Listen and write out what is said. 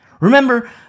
Remember